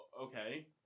okay